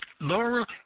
Laura